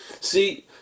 See